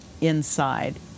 inside